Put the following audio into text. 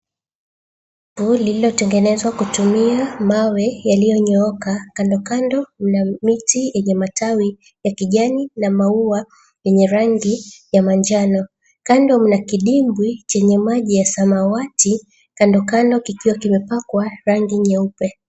...Lililotengenezwa kutumia mawe yaliyonyooka. Kandokando mna miti yenye matawi ya kijani na maua yenye rangi ya manjano. Kando mna kidimbwi chenye maji ya samawati kandokando kikiwa kimepakwa rangi nyeupe.